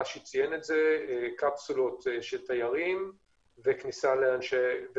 אשר ציין את זה שמדובר על קפסולות של